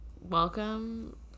welcome